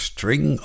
String